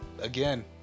again